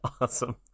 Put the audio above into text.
Awesome